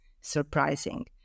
surprising